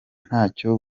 ntacyo